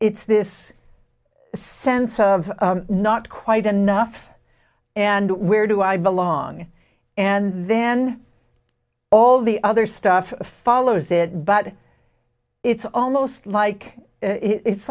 it's this sense of not quite enough and where do i belong and then all the other stuff follows it but it's almost like it's